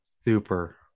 super